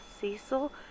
Cecil